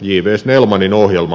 snellmanin ohjelma